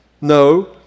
No